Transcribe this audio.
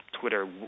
Twitter